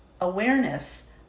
awareness